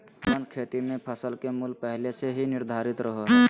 अनुबंध खेती मे फसल के मूल्य पहले से ही निर्धारित रहो हय